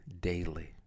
daily